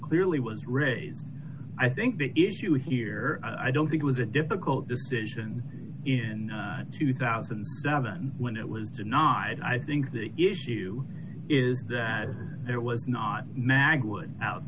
clearly was raised i think the issue here i don't think it was a difficult decision in two thousand when it was denied i think the issue is that there was not